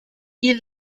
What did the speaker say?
ils